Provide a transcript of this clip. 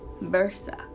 versa